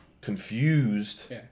confused